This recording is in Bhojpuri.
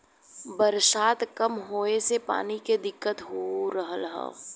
बरसात कम होए से पानी के दिक्कत हो रहल हौ